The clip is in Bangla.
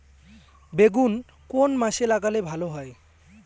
বেগুন কোন মাসে লাগালে ভালো হয়?